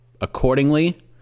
accordingly